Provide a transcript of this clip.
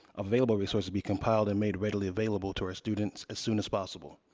available resources, be compiled and made readily available to our students as soon as possible.